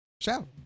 Shout